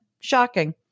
Shocking